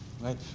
right